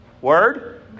Word